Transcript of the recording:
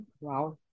wow